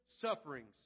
sufferings